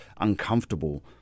uncomfortable